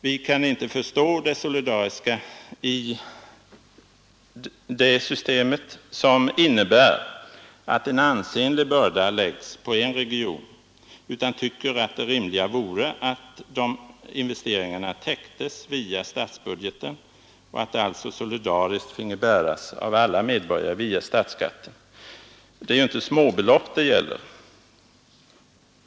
Vi kan inte förstå det solidariska i det systemet, som innebär att en ansenlig börda läggs på en region, utan tycker att det rimliga vore att de investeringarna täcktes via statsbudgeten och att de alltså solidariskt finge bäras av alla medborgare via statsskatten. Det är inte små belopp det gäller.